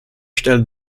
stelle